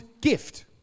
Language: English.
gift